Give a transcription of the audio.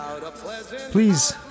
Please